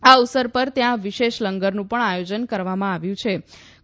આ અવસર પર ત્યાં વિશેષ લંગરનું પણ આયોજન કરવામાં આવ્યું હતું